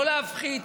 לא להפחית,